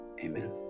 amen